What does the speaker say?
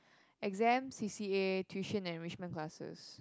exams C_C_A tuition and enrichment classes